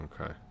Okay